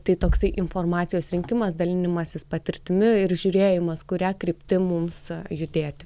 tai toksai informacijos rinkimas dalinimasis patirtimi ir žiūrėjimas kuria kryptim mums judėti